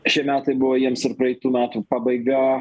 šie metai buvo jiems ir praeitų metų pabaiga